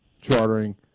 chartering